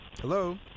Hello